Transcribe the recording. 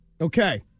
Okay